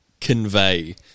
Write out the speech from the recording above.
convey